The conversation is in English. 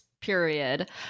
period